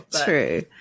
True